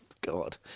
God